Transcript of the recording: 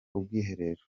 ubwiherero